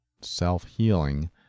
self-healing